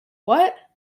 what